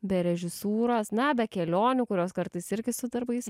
be režisūros na be kelionių kurios kartais irgi su darbais